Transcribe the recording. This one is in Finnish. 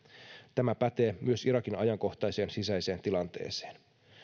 tämä pätee myös irakin ajankohtaiseen sisäiseen tilanteeseen